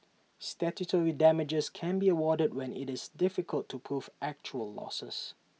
statutory damages can be awarded when IT is difficult to prove actual losses